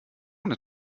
ohne